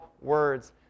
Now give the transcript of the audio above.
words